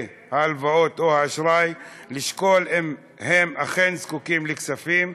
ההלוואות או האשראי לשקול אם הם אכן זקוקים לכספים,